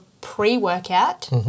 pre-workout